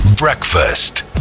Breakfast